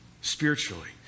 spiritually